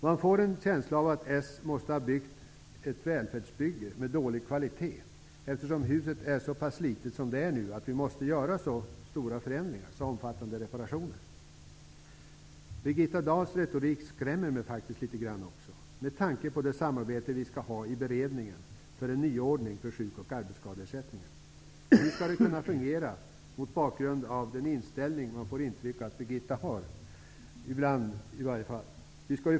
Man får en känsla av att Socialdemokraterna har skapat ett välfärdsbygge av så dålig kvalitet, med tanke på att huset är så pass slitet som det nu är, att vi måste göra omfattande reparationer. Birgitta Dahls retorik skrämmer mig faktiskt litet grand med tanke på det samarbete som vi i beredningen skall ha för en nyordning för sjuk och arbetsskadeersättningen. Hur skall det kunna fungera mot bakgrund av den inställning som man ibland får intryck av att Birgitta Dahl har?